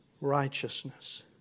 Righteousness